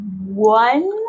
one